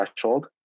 threshold